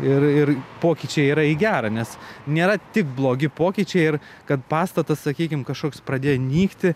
ir ir pokyčiai yra į gerą nes nėra tik blogi pokyčiai ir kad pastatas sakykim kažkoks pradėjo nykti